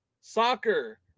Soccer